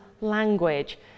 language